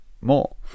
more